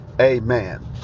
amen